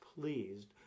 pleased